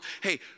hey